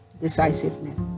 decisiveness